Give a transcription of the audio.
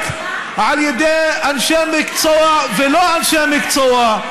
על ידי אנשי מקצוע ולא רק אנשי מקצוע,